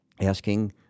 asking